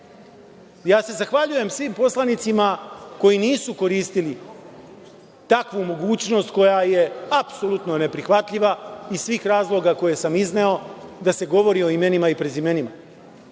kvalitetan. Zahvaljujem se svim poslanicima koji nisu koristili takvu mogućnost koja je apsolutno neprihvatljiva iz svih razloga koje sam izneo da se govori o imenima i prezimenima.